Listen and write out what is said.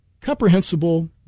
comprehensible